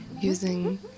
using